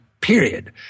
period